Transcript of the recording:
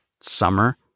summer